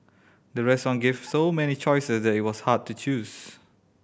the restaurant gave so many choices that it was hard to choose